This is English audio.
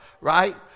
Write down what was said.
right